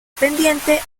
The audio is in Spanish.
pendiente